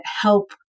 help